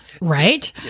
right